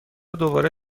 دوباره